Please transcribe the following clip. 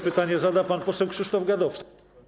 Pytanie zada pan poseł Krzysztof Gadowski.